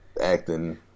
acting